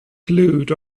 glued